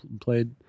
played